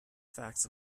facts